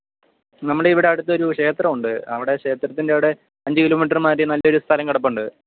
നമ്മുടെ ഇവിടെ അടുത്തൊരു ക്ഷേത്രമുണ്ട് അവിടെ ക്ഷേത്രത്തിൻ്റെ അവിടെ അഞ്ച് കിലോമീറ്റർ മാറി നല്ലൊരു സ്ഥലം കിടപ്പുണ്ട്